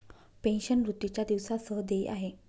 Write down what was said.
pension, मृत्यूच्या दिवसा सह देय आहे